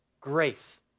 Grace